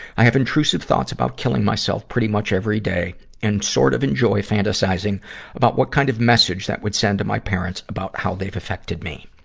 i have intrusive thoughts about killing myself pretty much every day and sort of enjoy fantasizing about what kind of message that would send to my parents about how they've affected me.